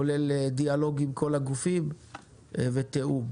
כולל דיאלוג עם כל הגופים ותיאום.